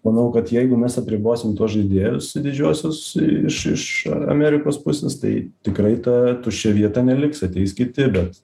manau kad jeigu mes apribosim tuos žaidėjus didžiuosius iš iš amerikos pusės tai tikrai ta tuščia vieta neliks ateis kiti bet